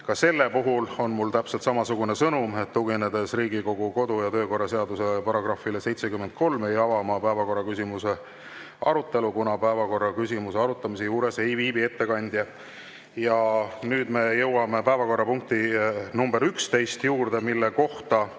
Ka selle puhul on mul täpselt samasugune sõnum: tuginedes Riigikogu kodu‑ ja töökorra seaduse §‑le 73, ei ava ma päevakorraküsimuse arutelu, kuna päevakorraküsimuse arutamise juures ei viibi ettekandja. Ja nüüd me jõuame päevakorrapunkti nr 11 juurde, mille kohta